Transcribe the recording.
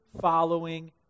following